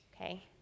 Okay